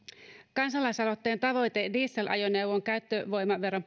kansalaisaloitteen tavoite dieselajoneuvon käyttövoimaveron